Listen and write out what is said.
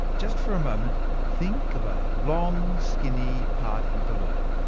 just for a moment, think of a long skinny party balloon.